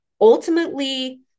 ultimately